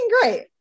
great